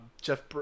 Jeff